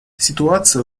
ситуация